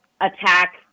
attack